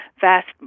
vast